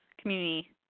community